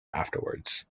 afterwards